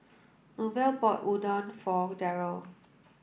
Norval bought Udon for Darrel